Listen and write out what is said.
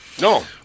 No